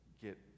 get